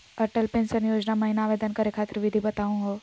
Atal pension योजना महिना आवेदन करै खातिर विधि बताहु हो?